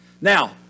Now